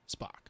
Spock